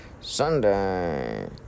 Sunday